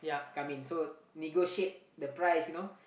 come in so negotiate the price you know